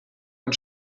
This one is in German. und